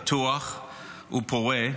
פתוח ופורה,